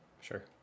Sure